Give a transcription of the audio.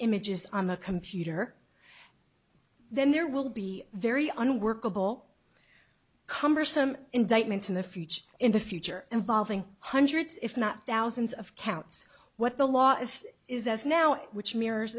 images on the computer then there will be very on workable cumbersome indictments in the future in the future involving hundreds if not thousands of counts what the law as it is as now which mirrors